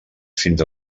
fins